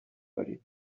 داریم